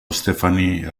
stephanie